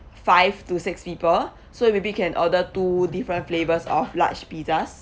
five to six people so you maybe can order two different flavours of large pizzas